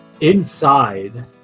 Inside